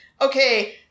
okay